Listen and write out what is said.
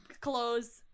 clothes